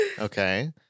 okay